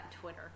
Twitter